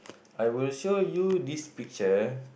I would show you this picture